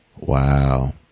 Wow